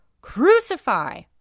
Crucify